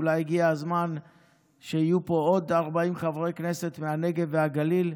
אולי הגיע הזמן שיהיו פה עוד 40 חברי כנסת מהנגב והגליל.